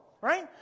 right